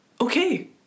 okay